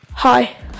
Hi